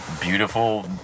beautiful